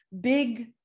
big